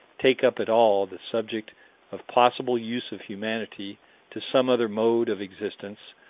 take up at all the subject of possible use of humanity to some other mode of existence,